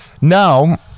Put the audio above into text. now